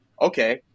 okay